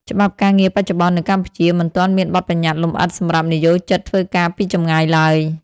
ច្បាប់ការងារបច្ចុប្បន្ននៅកម្ពុជា មិនទាន់មានបទប្បញ្ញត្តិលម្អិតសម្រាប់និយោជិតធ្វើការពីចម្ងាយឡើយ។